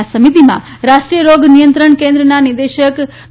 આ સમિતિમાં રાષ્ટ્રીય રોગ નિયંત્રણ કેન્દ્રના નિદેશક ડી